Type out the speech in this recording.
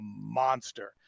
monster